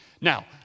Now